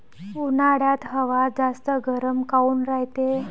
उन्हाळ्यात हवा जास्त गरम काऊन रायते?